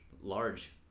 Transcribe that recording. Large